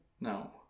No